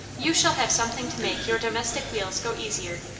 you shall have something to make your domestic wheels go easier,